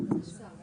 --- אבל